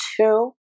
two